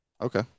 Okay